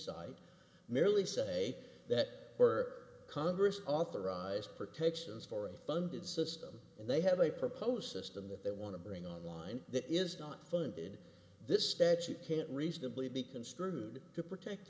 cite merely say that were congress authorized protections for a funded system and they have a proposed system that they want to bring online that is not funded this statute can't reasonably be construed to protect